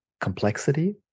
complexity